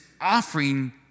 offering